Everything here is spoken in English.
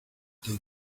they